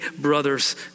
brothers